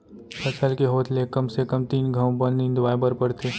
फसल के होत ले कम से कम तीन घंव बन निंदवाए बर परथे